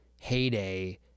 heyday